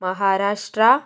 Maharashtra